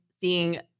seeing